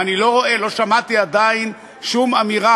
ואני לא רואה לא שמעתי עדיין שום אמירה,